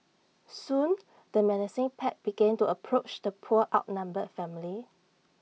soon the menacing pack began to approach the poor outnumbered family